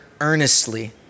earnestly